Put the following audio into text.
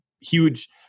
huge